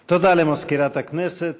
הצעת חוק לתיקון פקודת מס הכנסה